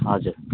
हजुर